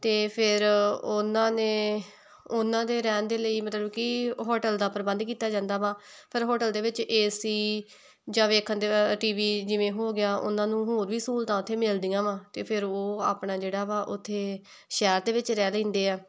ਅਤੇ ਫਿਰ ਉਹਨਾਂ ਨੇ ਉਹਨਾਂ ਦੇ ਰਹਿਣ ਦੇ ਲਈ ਮਤਲਬ ਕਿ ਹੋਟਲ ਦਾ ਪ੍ਰਬੰਧ ਕੀਤਾ ਜਾਂਦਾ ਵਾ ਪਰ ਹੋਟਲ ਦੇ ਵਿੱਚ ਏ ਸੀ ਜਾਂ ਵੇਖਣ ਦੇ ਟੀ ਵੀ ਜਿਵੇਂ ਹੋ ਗਿਆ ਉਹਨਾਂ ਨੂੰ ਹੋਰ ਵੀ ਸਹੂਲਤਾਂ ਉੱਥੇ ਮਿਲਦੀਆਂ ਵਾ ਅਤੇ ਫਿਰ ਉਹ ਆਪਣਾ ਜਿਹੜਾ ਵਾ ਉੱਥੇ ਸ਼ਹਿਰ ਦੇ ਵਿੱਚ ਰਹਿ ਲੈਂਦੇ ਆ